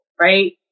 Right